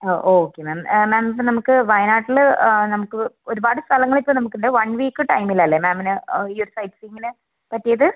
ആ okay ma'am ma'am ഇപ്പം നമുക്ക് വയനാട്ടിൽ നമുക്ക് ഒരുപാട് സ്ഥലങ്ങൾ ഇപ്പം നമുക്കുണ്ട് വൺ വീക്ക് ടൈമിൽ അല്ലേ മാമിന് ഈ ഒരു സൈക്ക്ളിങ്ങിന് പറ്റിയത്